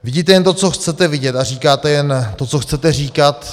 Vidíte jen to, co chcete vidět a říkáte jen to, co chcete říkat.